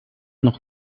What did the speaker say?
nog